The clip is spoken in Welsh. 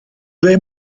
ble